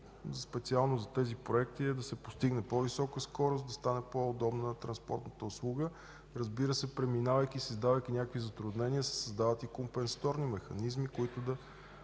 специално за тези проекти целта е да се постигне по-висока скорост, да стане по удобна транспортната услуга. Разбира се, преминавайки, създавайки някакви затруднения, се създават и компенсаторни механизми, съответно